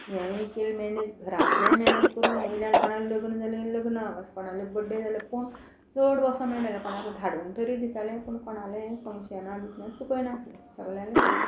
हेयी केलें मॅनेज घरांतलें मॅनेज करून वयल्यान कोणा लग्न जालीं लग्ना वच कोणाले बड्डे जाले पूण चड वसो मेळनाले कोणाक धाडून तरी दितालें पूण कोणाले फंशनाक चुकय नासले सगळ्यालें करी